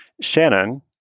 Shannon